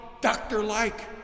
doctor-like